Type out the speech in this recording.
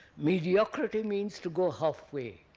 mediocrity means to go half way.